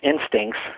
instincts